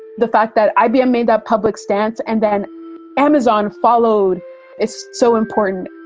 the fact that ibm made that public stance and then amazon followed is so important.